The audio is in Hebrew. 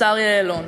השר יעלון,